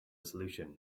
solution